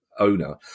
owner